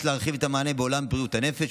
להרחיב את המענה בעולם בריאות הנפש,